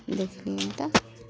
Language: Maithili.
देखियौ तऽ